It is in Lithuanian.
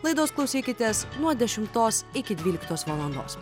laidos klausykitės nuo dešimtos iki dvyliktos valandos